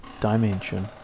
dimension